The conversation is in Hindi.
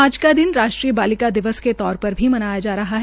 आज का दिन राष्ट्रीय बालिका दिवस के तौर पर भी मनाया जा रहा है